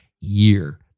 year